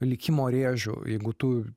likimo rėžiu jeigu tu